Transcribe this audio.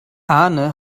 arne